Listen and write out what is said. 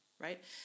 right